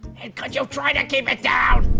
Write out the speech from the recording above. and could you try to keep it down?